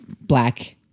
black